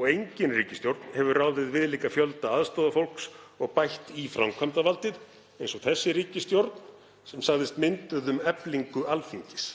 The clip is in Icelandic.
og engin ríkisstjórn hefur ráðið viðlíka fjölda aðstoðarfólks og bætt í framkvæmdarvaldið eins og þessi ríkisstjórn sem sagðist mynduð um eflingu Alþingis.